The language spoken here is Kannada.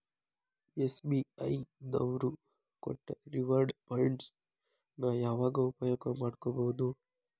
ಎಸ್.ಬಿ.ಐ ದವ್ರು ಕೊಟ್ಟ ರಿವಾರ್ಡ್ ಪಾಯಿಂಟ್ಸ್ ನ ಯಾವಾಗ ಉಪಯೋಗ ಮಾಡ್ಕೋಬಹುದು?